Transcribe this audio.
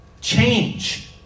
change